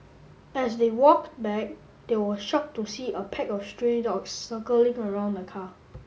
as they walked back they were shocked to see a pack of stray dogs circling around the car